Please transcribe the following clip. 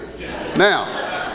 Now